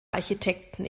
architekten